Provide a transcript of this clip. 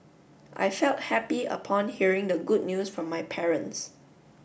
I felt happy upon hearing the good news from my parents